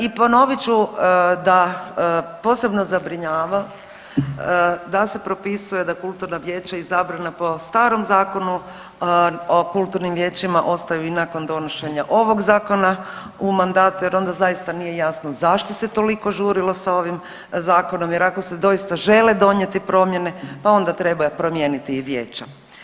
I ponovit ću da posebno zabrinjava da se propisuje da kulturna vijeća izabrana po starom zakonu u kulturnim vijećima ostaju i nakon donošenja ovog zakona u mandatu jer onda zaista nije jasno zašto se toliko žurilo sa ovim zakonom jer ako se doista žele donijeti promijene, pa onda treba promijeniti i vijeća.